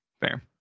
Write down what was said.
Fair